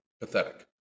pathetic